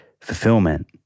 fulfillment